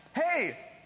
hey